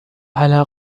على